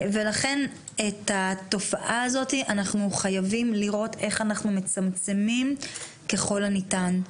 ולכן את התופעה הזאת אנחנו חייבים לראות איך אנחנו מצמצמים ככל הניתן.